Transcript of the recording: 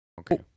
Okay